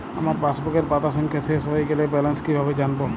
আমার পাসবুকের পাতা সংখ্যা শেষ হয়ে গেলে ব্যালেন্স কীভাবে জানব?